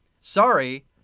Sorry